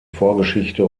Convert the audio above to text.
vorgeschichte